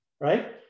right